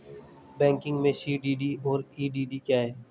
Banking में CDD और EDD क्या हैं?